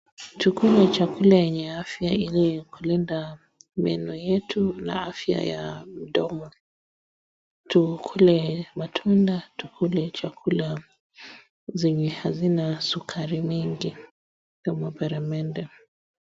Tukule chakula yenye afya ili kulinda meno yetu na afya ya mdomo tukule matunda tukule chakula zenye hazina sukari mingi kama peremende.